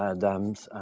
ah dams,